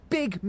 big